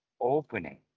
opening